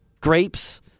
grapes